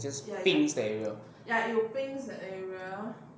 just pings the area